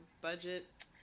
budget